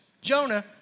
Jonah